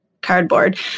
cardboard